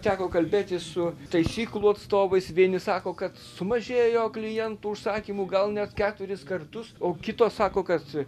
teko kalbėtis su taisyklų atstovais vieni sako kad sumažėjo klientų užsakymų gal net keturis kartus o kitos sako kad